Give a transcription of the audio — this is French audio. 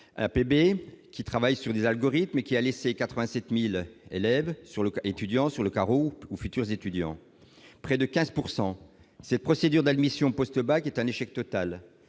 APB, qui travaillent sur des algorithmes et qui a laissé 87000 élèves sur le étudiants sur le carreau ou futurs étudiants près de 15 pourcent ces ces procédures d'admission post-bac est un échec total,